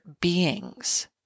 beings